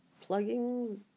plugging